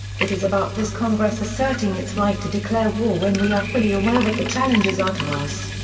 it is about this congress asserting its right to declare war when we are fully aware what the challenges are to us.